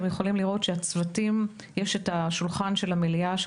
בשקף הזה אפשר לראות את שולחן המליאה.